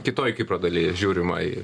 kitoj kipro dalyje žiūrima į